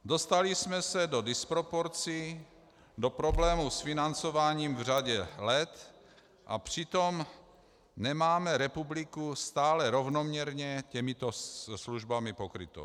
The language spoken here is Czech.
Dostali jsme se do disproporcí, do problémů s financováním v řadě let, a přitom nemáme republiku stále rovnoměrně těmito službami pokrytou.